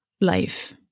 life